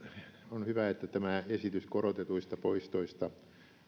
on hyvä että tämä esitys korotetuista poistoista